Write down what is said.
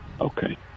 Okay